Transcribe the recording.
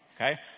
Okay